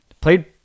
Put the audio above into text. played